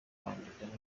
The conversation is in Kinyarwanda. kwandika